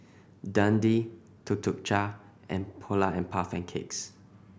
Dundee Tuk Tuk Cha and Polar and Puff Cakes